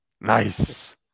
Nice